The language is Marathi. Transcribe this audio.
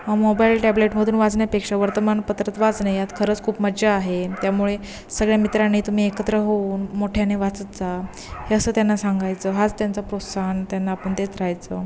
मोबाईल टॅबलेटमधून वाचण्यापेक्षा वर्तमानपत्रात वाचणे यात खरंच खूप मज्जा आहे त्यामुळे सगळ्या मित्रांनी तुम्ही एकत्र होऊन मोठ्याने वाचत जा हे असं त्यांना सांगायचं हाच त्यांचा प्रोत्साहन त्यांना आपण देत राहायचं